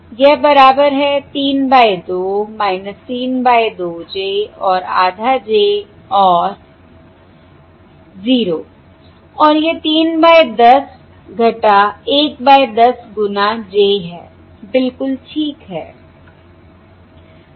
यह बराबर है 3 बाय 2 3 बाय 2 j और आधा j और 0 और यह 3 बाय 10 1 बाय 10 गुना j है बिलकुल ठीक है